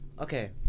Okay